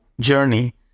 journey